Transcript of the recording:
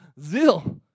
zeal